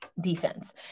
defense